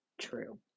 true